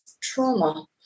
trauma